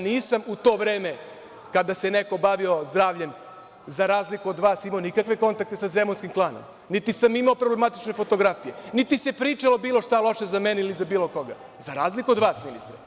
Nisam u to vreme kada se neko bavio zdravljem, za razliku od vas, imao nikakve kontakte sa „zemunskim klanom“, niti sam imao problematične fotografije, niti se pričalo bilo šta loše za mene ili za bilo koga, za razliku od vas, ministre.